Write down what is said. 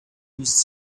degrees